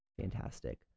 fantastic